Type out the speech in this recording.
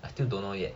I still don't know yet